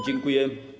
Dziękuję.